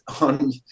on